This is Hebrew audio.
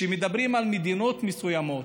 כשמדברים על מדינות מסוימות,